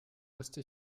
musste